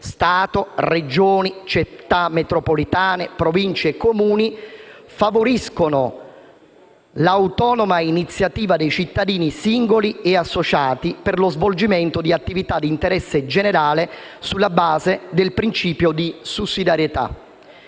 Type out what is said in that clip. «Stato, Regioni, Città metropolitane, Province e Comuni favoriscono l'autonoma iniziativa dei cittadini, singoli e associati, per lo svolgimento di attività di interesse generale, sulla base del principio di sussidiarietà».